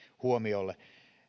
huomiolle